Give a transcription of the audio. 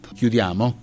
chiudiamo